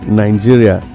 nigeria